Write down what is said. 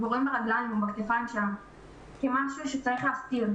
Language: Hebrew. מתייחסים לרגליים ולכתפיים שלנו כמשהו שצריך להסתיר.